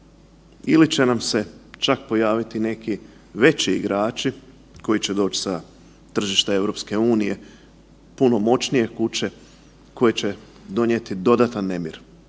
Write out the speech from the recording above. ili će nam se čak pojaviti neki veći igrači koji će doć sa tržišta EU, puno moćnije kuće koji će donijeti dodatan nemir?